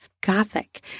gothic